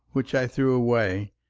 which i threw away,